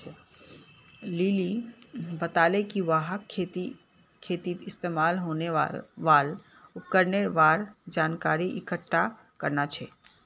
lily बताले कि वहाक खेतीत इस्तमाल होने वाल उपकरनेर बार जानकारी इकट्ठा करना छ